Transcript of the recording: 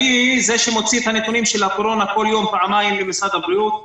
אני זה שמוציא את הנתונים של הקורונה כל יום פעמיים למשרד הבריאות.